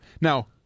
Now